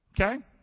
Okay